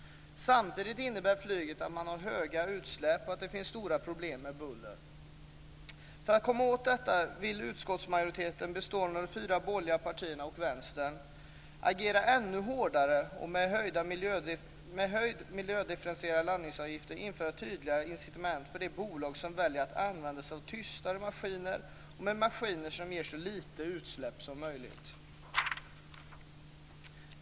Samtidigt innebär flyget höga utsläpp och stora problem med buller. För att komma åt detta vill utskottsmajoriteten, bestående av de fyra borgerliga partierna och Vänstern, agera ännu hårdare och med höjda miljödifferentierade landningsavgifter införa tydligare incitament för de bolag som väljer att använda sig av tystare maskiner och maskiner som ger så lite utsläpp som möjligt.